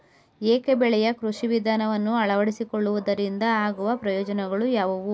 ಏಕ ಬೆಳೆಯ ಕೃಷಿ ವಿಧಾನವನ್ನು ಅಳವಡಿಸಿಕೊಳ್ಳುವುದರಿಂದ ಆಗುವ ಪ್ರಯೋಜನಗಳು ಯಾವುವು?